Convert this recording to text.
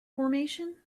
formation